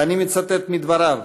ואני מצטט מדבריו: